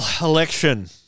election